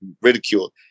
ridiculed